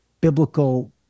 biblical